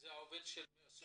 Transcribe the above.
זה עובד של משרד הקליטה?